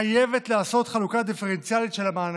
חייבת לעשות חלוקה דיפרנציאלית של המענקים,